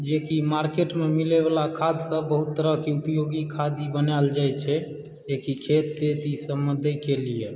जेकि मार्केटमे मिलयवला खादसभ बहुत तरहकेँ उपयोगी खाद इ बनायल जाइत छै जेकि खेत ईसभमे दयके लिअ